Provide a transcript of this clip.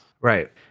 Right